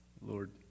Lord